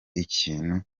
ikintu